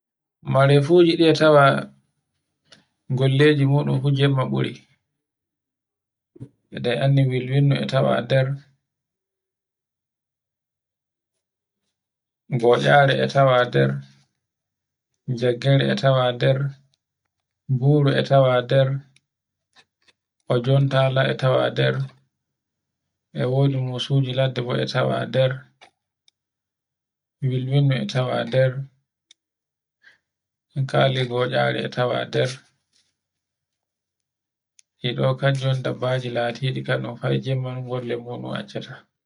Marefuji ɗi e tawa e nder bolleji muɗum fu jemma ɓuri. E ɗe anndi bilwilno e tawa nder, gotcare e tawa nder, jaggere e tawa nder, ɓuru e tawa nder, ojontala e tawa nder e wodi musuji ladde e tawa nder, bilwilno e tawa nder, inkali batcare e tawa nder. E ɗo kanji woni dabbaje latiɗi kano hai jemma no kanon golle muɗum accata.